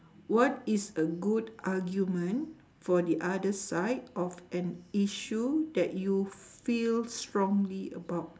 what is a good argument for the other side of an issue that you feel strongly about